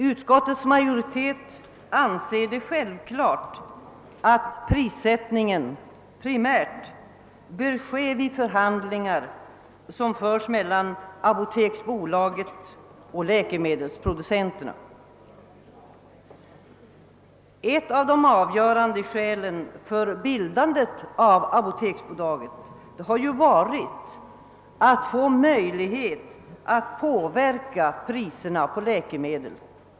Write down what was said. Utskottets majoritet anser det självklart att prissättningen primärt bör ske vid förhandlingar som förs mellan apoteksbolaget och läkemedelsproducenterna. Ett av de avgörande syftena med bildandet av apoteksbolaget har ju varit att få möjlighet att påverka priserna på läkemedel.